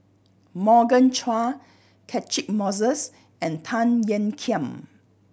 Morgan Chua Catchick Moses and Tan Ean Kiam